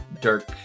Dirk